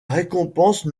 récompense